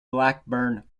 blackburn